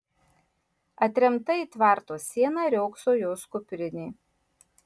atremta į tvarto sieną riogso jos kuprinė